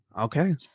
Okay